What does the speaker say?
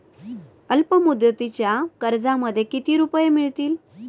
अल्पमुदतीच्या कर्जामध्ये किती रुपये मिळतील?